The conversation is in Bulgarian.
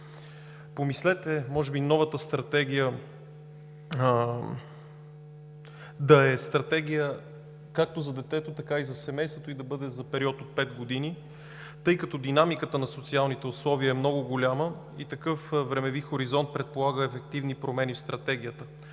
Помислете, може би новата стратегия да е стратегия както за детето, така и за семейството, и да бъде за период от 5 години, тъй като динамиката на социалните условия е много голяма и такъв времеви хоризонт предполага ефективни промени в Стратегията.